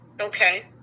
Okay